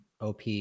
OP